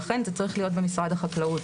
לכן, זה צריך להיות במשרד החקלאות.